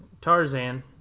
Tarzan